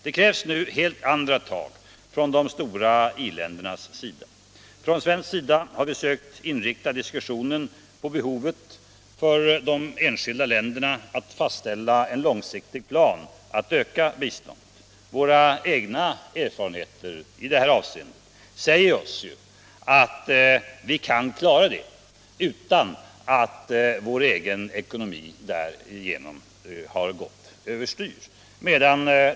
Det krävs nu helt andra tag från de stora i-ländernas sida. Från svensk sida har vi sökt inrikta diskussionen på behovet för de enskilda länderna att fastställa en långsiktig plan för att öka biståndet. Våra egna erfarenheter i det avseendet säger oss ju att vi kunnat klara detta utan att vår egen ekonomi därigenom har gått över styr.